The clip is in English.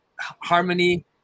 harmony